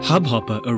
Hubhopper